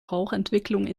rauchentwicklung